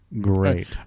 Great